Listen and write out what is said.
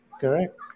correct